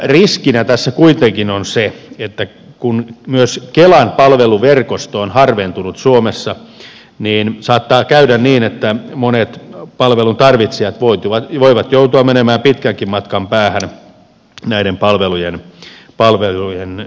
riskinä tässä kuitenkin on se että kun myös kelan palveluverkosto on harventunut suomessa niin saattaa käydä niin että monet palvelun tarvitsijat voivat joutua menemään pitkänkin matkan päähän näiden palveluiden perässä